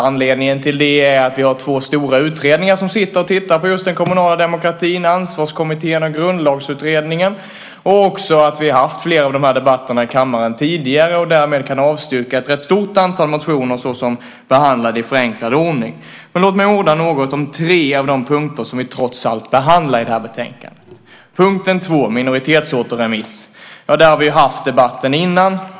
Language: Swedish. Anledningen är att det finns två stora utredningar som tittar på den kommunala demokratin: Ansvarskommittén och Grundlagsutredningen. Flera av de här frågorna har vi också debatterat här i kammaren förut, och därmed kan vi avstyrka ett rätt stort antal motioner som behandlas i förenklad ordning. Låt mig orda något om tre av de punkter som vi trots allt behandlar i det här betänkandet. Om punkt 2, minoritetsåterremiss, har vi haft debatt förut.